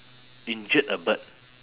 injured a bird